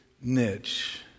niche